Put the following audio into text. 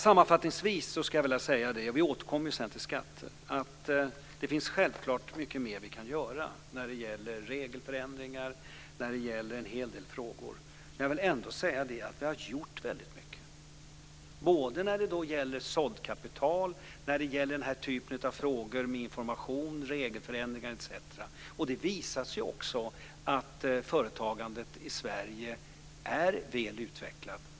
Sammanfattningsvis vill jag säga - vi återkommer sedan till skatter - att det självklart finns mycket mer vi kan göra när det gäller regelförändringar och en hel del andra frågor. Men jag vill ändå säga att vi har gjort väldigt mycket, både när det gäller såddkapital och när det gäller den här typen av frågor om information, regelförändringar etc. Det visar sig ju också att företagandet i Sverige är väl utvecklat.